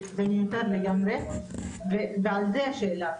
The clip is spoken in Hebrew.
וזה מיותר לגמרי - על זה השאלה.